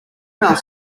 male